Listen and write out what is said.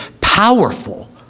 powerful